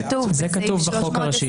זה כתוב בחוק הראשי.